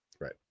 Right